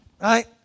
Right